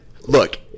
look